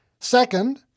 Second